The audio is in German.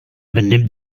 benimmt